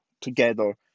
together